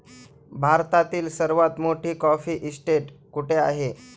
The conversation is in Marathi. भारतातील सर्वात मोठी कॉफी इस्टेट कुठे आहे?